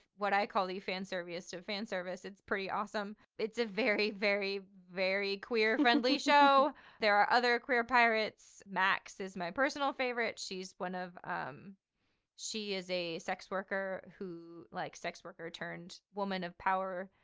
what i call the fan servi-est of fan service. it's pretty awesome. it's a very, very, very queer friendly show there are other queer pirates. max is my personal favorite. she's one of em um she is a sex worker who like sex worker turned woman of power.